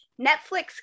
netflix